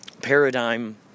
paradigm